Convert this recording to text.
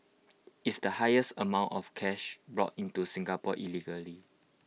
it's the highest amount of cash brought into Singapore illegally